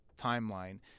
timeline